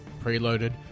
preloaded